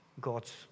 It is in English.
God's